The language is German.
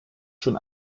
schon